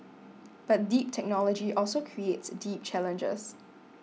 but deep technology also creates deep challenges